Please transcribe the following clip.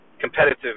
competitive